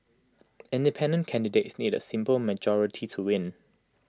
independent candidates need A simple majority to win